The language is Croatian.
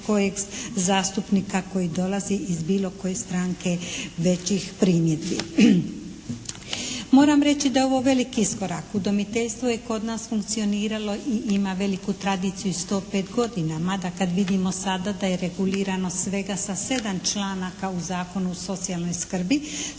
kojeg zastupnika koji dolazi iz bilo koje stranke većih primjedbi. Moram reći da je ovo velik iskorak. Udomiteljstvo je kod nas funkcioniralo i ima veliku tradiciju 105 godina. Mada kad vidimo sada da je regulirano svega sa 7. članaka u Zakonu o socijalnoj skrbi